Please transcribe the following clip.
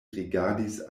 rigardis